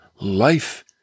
life